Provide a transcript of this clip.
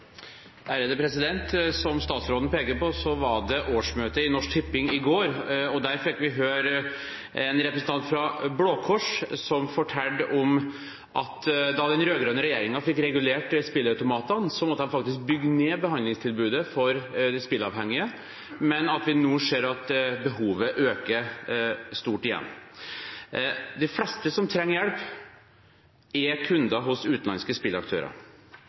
Som statsråden peker på, var det årsmøte i Norsk Tipping i går. Der fikk vi høre en representant fra Blå Kors som fortalte om at da den rød-grønne regjeringen fikk regulert spilleautomatene, måtte de faktisk bygge ned behandlingstilbudet for de spilleavhengige, men at vi nå ser at behovet øker stort igjen. De fleste som trenger hjelp, er kunder hos utenlandske spillaktører.